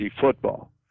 football